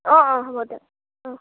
অ অ হ'ব দিয়ক অ